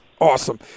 Awesome